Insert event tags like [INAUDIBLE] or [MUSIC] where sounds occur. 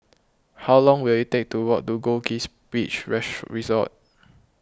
how long will it take to walk to Goldkist Beach [UNINTELLIGIBLE] Resort